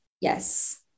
Yes